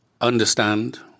understand